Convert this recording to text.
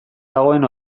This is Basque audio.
dagoen